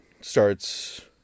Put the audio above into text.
starts